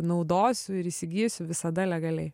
naudosiu ir įsigysiu visada legaliai